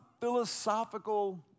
philosophical